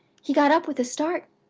he got up with a start.